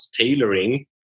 tailoring